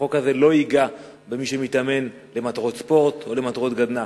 החוק הזה לא ייגע במי שמתאמן למטרות ספורט או למטרות גדנ"ע.